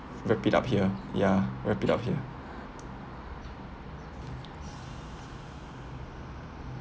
wrap it up here yeah wrap it up here